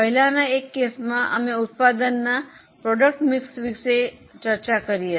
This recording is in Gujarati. પહેલાના એક કેસમાં અમે ઉત્પાદનના મિશ્રણ વિશે ચર્ચા કરી હતી